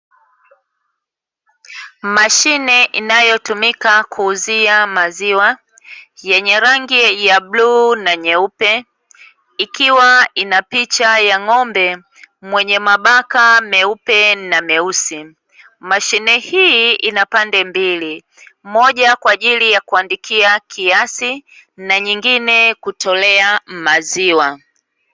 Mashine inayotumika kuuzia maziwa yenye rangi ya bluu na nyeupe, ikiwa ina picha ya ng'ombe mwenye mabaka meupe na meusi. Mashine hii ina pande mbili; moja kwa ajili ya kuandikia kiasi na nyingine kutolea maziwa.